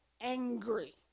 angry